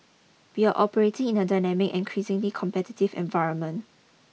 we are operating in a dynamic and increasingly competitive environment